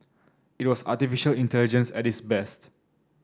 it was artificial intelligence at its best